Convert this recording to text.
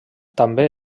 també